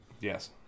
Yes